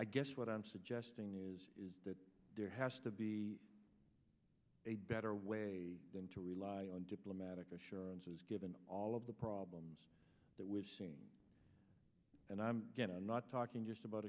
i guess what i'm suggesting is is that there has to be a better way than to rely on diplomatic assurances given all of the problems that we've seen and i'm not talking just about